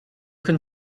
can